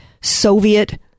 Soviet